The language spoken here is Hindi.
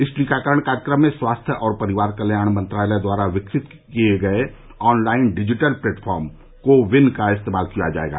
इस टीकाकरण कार्यक्रम में स्वास्थ्य और परिवार कल्याण मंत्रालय द्वारा विकसित किए गए online digital platform CoWIN का इस्तेमाल किया जाएगा